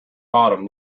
bottom